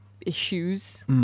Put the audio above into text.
issues